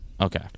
Okay